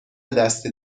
دستی